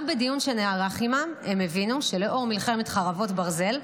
גם בדיון שנערך עימם הם הבינו שלאור מלחמת חרבות ברזל,